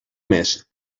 més